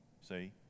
See